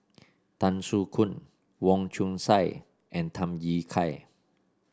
Tan Soo Khoon Wong Chong Sai and Tham Yui Kai